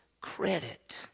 credit